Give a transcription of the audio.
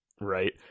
right